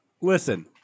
Listen